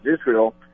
Israel